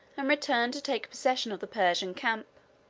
and returned to take possession of the persian camp.